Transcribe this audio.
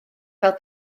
fel